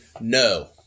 no